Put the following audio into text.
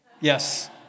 Yes